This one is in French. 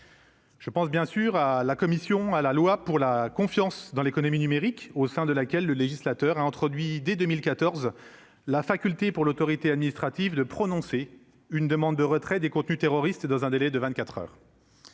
Je pense bien sûr à la commission à la loi pour la confiance dans l'économie numérique au sein de laquelle le législateur a introduit dès 2014 la faculté pour l'autorité administrative de prononcer une demande de retrait des contenus terroristes dans un délai de 24 heures